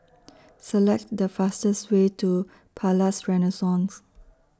Select The fastest Way to Palais Renaissance